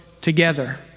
together